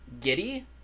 giddy